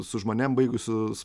su žmonėm baigusius